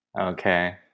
Okay